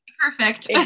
Perfect